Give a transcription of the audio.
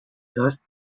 does